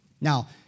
Now